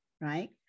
right